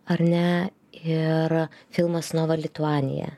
ar ne ir filmas nova lituanija